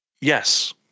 Yes